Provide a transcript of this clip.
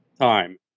time